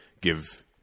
give